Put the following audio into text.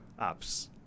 apps